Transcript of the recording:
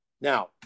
now